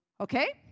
Okay